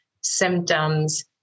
symptoms